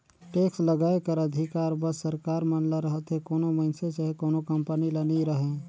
tax लगाए कर अधिकार बस सरकार मन ल रहथे कोनो मइनसे चहे कोनो कंपनी ल नी रहें